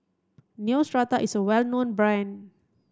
Neostrata is a well known brand